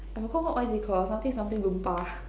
I forgot what what is it called something something Loompa